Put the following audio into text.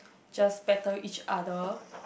just better each other